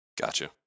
Gotcha